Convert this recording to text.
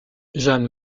jeanne